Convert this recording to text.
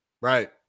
Right